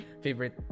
favorite